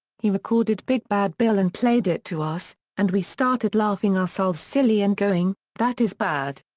he recorded big bad bill and played it to us, and we started laughing ourselves silly and going, that is bad!